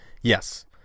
Yes